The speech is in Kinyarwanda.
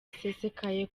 asesekaye